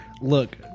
look